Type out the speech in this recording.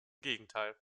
gegenteil